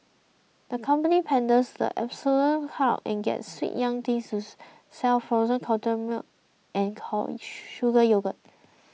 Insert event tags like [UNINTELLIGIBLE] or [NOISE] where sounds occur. the company panders to the adolescent crowd and gets sweet young things to sell frozen cultured milk and [UNINTELLIGIBLE] sugar yogurt